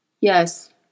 Yes